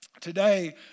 Today